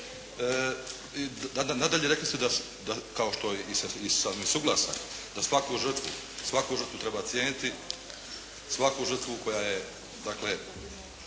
Nadalje, rekli su, kao što sam i suglasan, da svaku žrtvu treba cijeniti, svaku žrtvu koja je